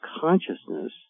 consciousness